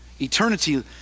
Eternity